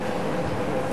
יודע.